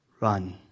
Run